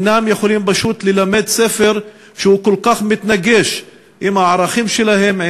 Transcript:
אינם יכולים ללמד ספר שכל כך מתנגש עם הערכים שלהם,